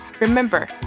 Remember